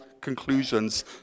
conclusions